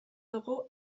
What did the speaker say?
dugu